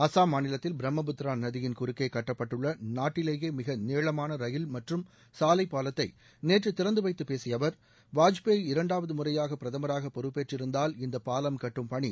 அஸ்ஸாம் மாநிலத்தில் பிரம்மபுத்திரா நதியின் குறுக்கே கட்டப்பட்டுள்ள நாட்டிலேயே மிக நீளமான ரயில் மற்றும் சாலை பாலத்தை நேற்று திறந்து வைத்துப் பேசிய அவர் வாஜ்பேய் இரண்டாவது முறையாக பிரதமராக பொறுப்பேற்றிருந்தால் இந்தப் பாலம் கட்டும் பணி